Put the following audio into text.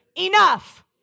Enough